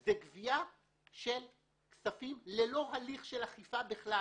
הם גבייה של כספים ללא הליך של אכיפה בכלל.